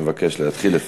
אני מבקש להתחיל לסיים.